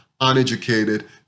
uneducated